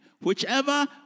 Whichever